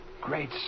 great